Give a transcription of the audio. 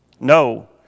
No